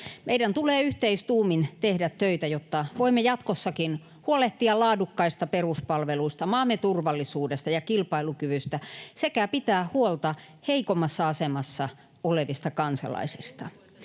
Meidän tulee yhteistuumin tehdä töitä, jotta voimme jatkossakin huolehtia laadukkaista peruspalveluista, maamme turvallisuudesta ja kilpailukyvystä sekä pitää huolta heikommassa asemassa olevista kansalaisista.